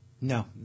No